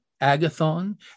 Agathon